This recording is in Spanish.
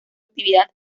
actividad